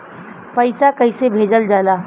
पैसा कैसे भेजल जाला?